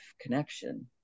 connection